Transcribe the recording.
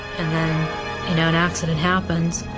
and then and ah an accident happens.